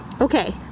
Okay